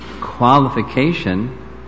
qualification